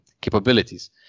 capabilities